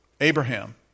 Abraham